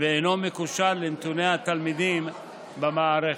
ואינו מקושר לנתוני התלמידים במערכת.